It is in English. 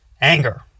anger